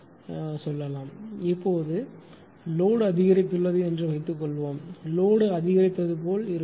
இப்போது இப்போது லோடு அதிகரித்துள்ளது என்று வைத்துக்கொள்வோம் லோடு அதிகரித்தது போல் இருக்கும்